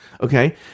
Okay